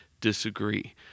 disagree